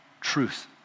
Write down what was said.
truth